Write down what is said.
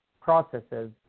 processes